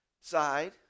side